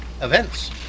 events